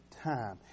time